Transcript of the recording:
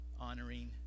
honoring